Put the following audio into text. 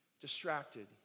distracted